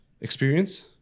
Experience